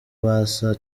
basa